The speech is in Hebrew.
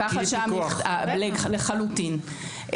לחלוטין.